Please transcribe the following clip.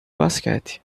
basquete